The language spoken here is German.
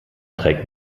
trägt